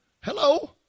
Hello